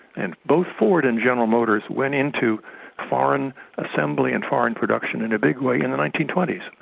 and both ford and general motors went into foreign assembly and foreign production in a big way in the nineteen twenty s,